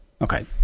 Okay